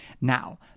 Now